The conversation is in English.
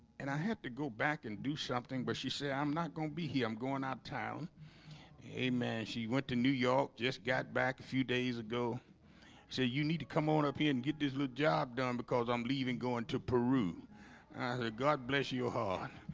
and i had to go back and do something but she said i'm not gonna be here. i'm going out town a man, she went to new york. just got back a few days ago said you need to come on up here and get this little job done because i'm leaving going to peru god bless your heart.